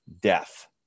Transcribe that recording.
death